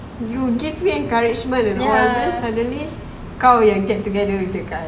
you gave me encouragement and all then suddenly kau yang get together with the guy